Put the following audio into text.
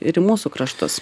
ir į mūsų kraštus